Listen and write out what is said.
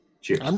cheers